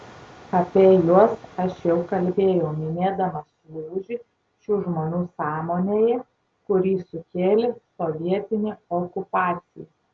apie juos aš jau kalbėjau minėdamas lūžį šių žmonių sąmonėje kurį sukėlė sovietinė okupacija